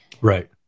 Right